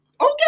Okay